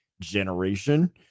generation